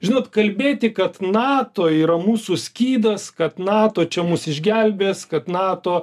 žinot kalbėti kad nato yra mūsų skydas kad nato čia mus išgelbės kad nato